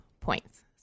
points